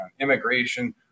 immigration